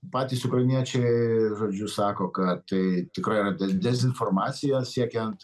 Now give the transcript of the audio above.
patys ukrainiečiai žodžiu sako kad tai tikrai yra dez dezinformacija siekiant